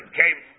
came